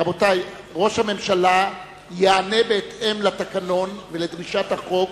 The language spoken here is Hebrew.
רבותי, ראש הממשלה יענה בהתאם לתקנון ולדרישת החוק